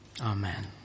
Amen